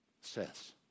says